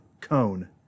cone